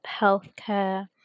healthcare